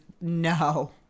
no